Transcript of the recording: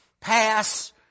pass